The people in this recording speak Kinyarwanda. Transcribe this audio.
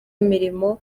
imirimo